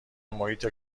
محیط